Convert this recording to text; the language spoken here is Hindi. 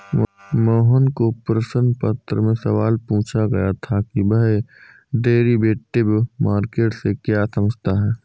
मोहन को प्रश्न पत्र में सवाल पूछा गया था कि वह डेरिवेटिव मार्केट से क्या समझता है?